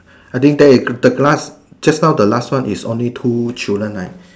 I think there the class just now the last one is only two children right